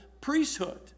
priesthood